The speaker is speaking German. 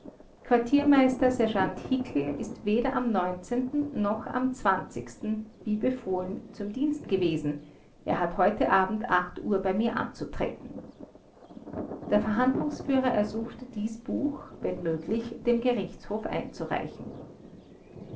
quartiermeister sergeant hickel ist weder am noch am wie befohlen zum dienst gewesen er hat heute abend uhr bei mir anzutreten der verhandlungsführer ersuchte dies buch wenn möglich dem gerichtshof einzureichen